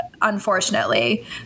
unfortunately